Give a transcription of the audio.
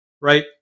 right